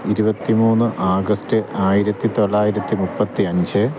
ഇരുപത്തി മൂന്ന് ആഗസ്റ്റ് ആയിരത്തി തൊള്ളായിരത്തി മുപ്പത്തി അഞ്ച്